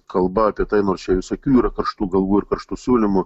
kalba apie tai nors čia visokių yra karštų galvų ir karštų siūlymų